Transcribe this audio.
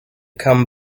come